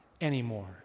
anymore